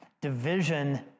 Division